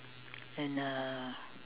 and uh